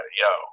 yo